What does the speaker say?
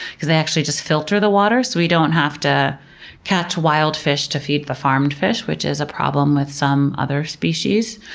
because they actually just filter the water, so we don't have to catch wild fish to feed the farmed fish, which is a problem with some other species.